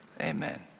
amen